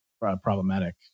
problematic